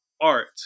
art